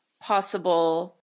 possible